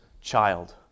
child